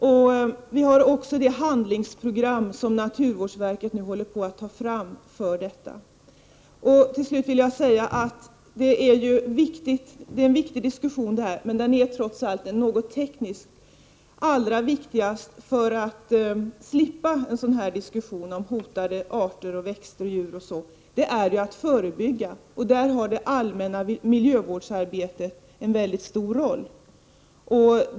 Naturvårdsverket håller också på att ta fram ett handlingsprogram för detta. Till slut vill jag säga att vi för en viktig diskussion, men den är något teknisk. Allra viktigast för att slippa en diskussion om hotade arter, både växter och djur, är ju att förebygga. Det allmänna miljövårdsarbetet spelar då en mycket stor roll.